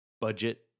budget